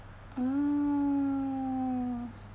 oh